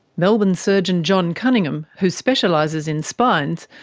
melbourne surgeon john cunningham, who specialises in spines,